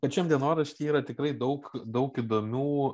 pačiam dienorašty yra tikrai daug daug įdomių